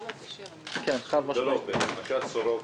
סורוקה.